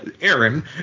Aaron